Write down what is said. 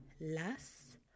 Las